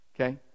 okay